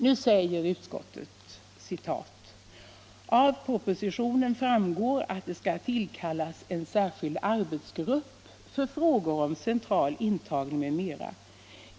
Nu säger utskottet: ”Av propositionen framgår att det skall tillkallas en särskild arbetsgrupp för frågor om central intagning m.m.